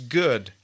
good